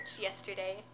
yesterday